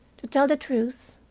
to tell the truth,